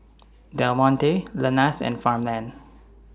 Del Monte Lenas and Farmland